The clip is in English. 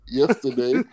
yesterday